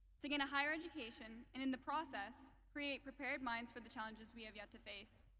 to gain a higher education and in the process, create prepared minds for the challenges we have yet to face.